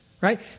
Right